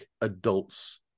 adults